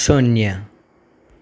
શૂન્ય